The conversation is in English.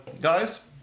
guys